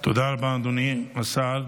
תודה רבה, אדוני השר.